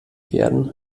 werden